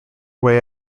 way